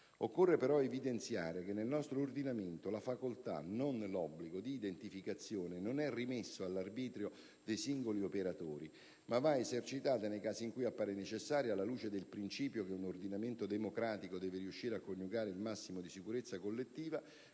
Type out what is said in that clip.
Occorre però evidenziare che, nel nostro ordinamento, la facoltà (non l'obbligo) di identificazione non è rimessa all'arbitrio dei singoli operatori, ma va esercitata nei casi in cui ciò appare necessario, alla luce del principio che un ordinamento democratico deve riuscire a coniugare il massimo di sicurezza collettiva